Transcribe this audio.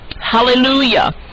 Hallelujah